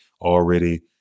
already